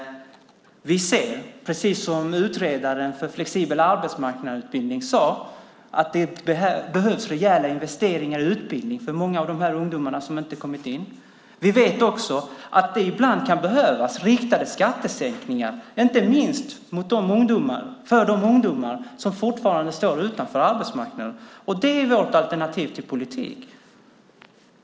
Vi ser, precis som utredaren av en flexibel arbetsmarknadsutbildning sade, att det behövs rejäla investeringar i utbildning för många av de här ungdomarna, som inte kommit in. Vi vet också att det ibland kan behövas riktade skattesänkningar, inte minst för de ungdomar som fortfarande står utanför arbetsmarknaden. Det är vårt alternativ till politik.